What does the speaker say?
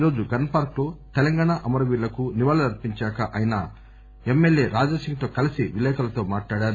ఈరోజు gun park లో తెలంగాణ అమరవీరులకు నివాళులు అర్పించాక ఆయన ఎంఎల్ఏ రాజాసింగ్ తో కలీసి విలేఖరులతో మాట్లాడారు